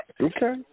Okay